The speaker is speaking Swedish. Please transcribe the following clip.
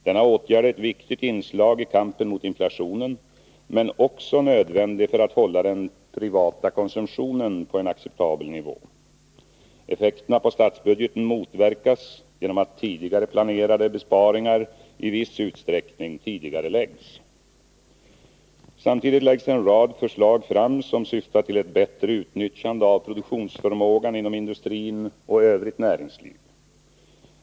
Denna åtgärd är ett viktigt inslag i kampen mot inflationen men också nödvändig för att hålla den privata konsumtionen på en acceptabel nivå. Effekterna på statsbudgeten motverkas genom att tidigare planerade besparingar i viss utsträckning tidigareläggs. Samtidigt läggs en rad förslag fram som syftar till ett bättre utnyttjande av produktionsförmågan inom industri och övrigt näringsliv.